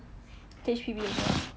also ah